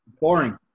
boring